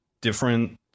different